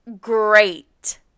great